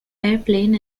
airplane